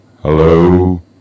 Hello